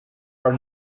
are